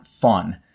fun